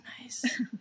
nice